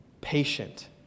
patient